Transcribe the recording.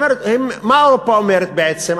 מה אירופה אומרת בעצם?